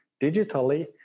digitally